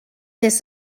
this